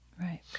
Right